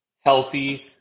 healthy